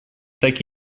так